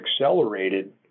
accelerated